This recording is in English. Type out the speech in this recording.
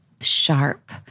sharp